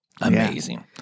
Amazing